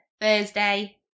Thursday